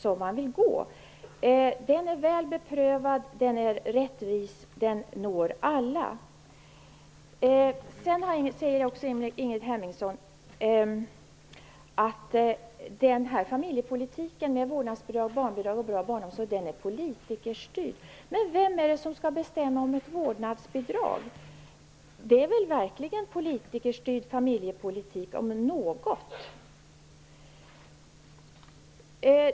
Den vägen är väl beprövad. Den är rättvis, och den når alla. Sedan sade också Ingrid Hemmingsson att familjepolitiken med barnbidrag och bra barnomsorg är politikerstyrd. Men vem är det som skall bestämma om ett vårdnadsbidrag? Det, om något, är väl politikerstyrd familjepolitik?